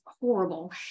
horrible